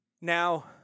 Now